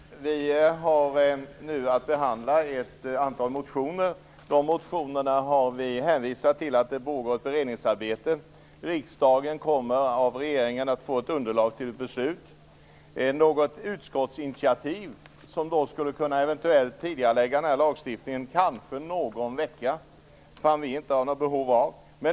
Herr talman! Vi har nu att behandla ett antal motioner. Med anledning av de motionerna har vi hänvisat till att det pågår ett beredningsarbete. Riksdagen kommer av regeringen att få ett underlag till beslut. Något utskottsinitiativ som eventuellt skulle kunna tidigarelägga den här lagstiftningen någon vecka kan vi inte ha något behov av.